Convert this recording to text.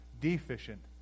deficient